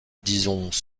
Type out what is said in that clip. disons